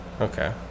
Okay